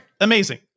Amazing